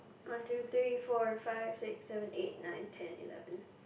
one two three four five six seven eight nine ten eleven